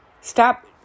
Stop